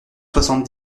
soixante